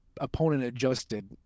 opponent-adjusted